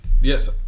Yes